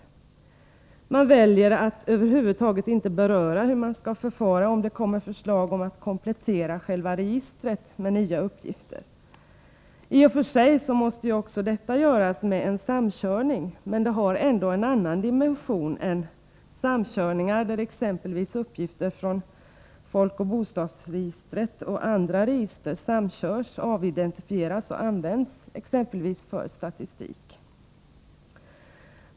Man väljer att över huvud taget inte beröra hur man skall förfara om det kommer förslag om att komplettera själva registret med nya uppgifter. I och för sig måste ju också detta göras med en samkörning, men det har ändå en annan dimension än samkörningar där uppgifter från folkoch bostadsregistret och andra register samkörs, avidentifieras och används exempelvis för statistik.